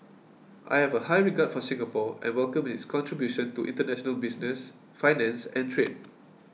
I have a high regard for Singapore and welcome its contribution to international business finance and trade